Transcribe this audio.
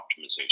optimization